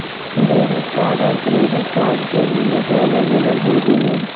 debit card आर credit card के limit अलग अलग होवो हय